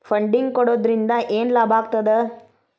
Funding ಕೊಡೊದ್ರಿಂದಾ ಏನ್ ಲಾಭಾಗ್ತದ?